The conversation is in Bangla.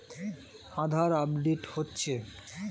আধার আপডেট হচ্ছে?